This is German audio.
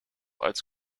als